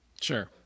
Sure